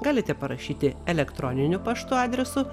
galite parašyti elektroniniu paštu adresu